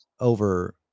Over